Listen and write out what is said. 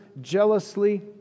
jealously